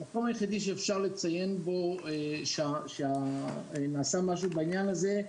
המקום היחיד שאפשר לציין בו שנעשה משהו בעניין הזה,